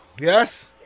Yes